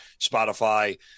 Spotify